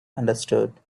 understood